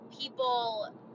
people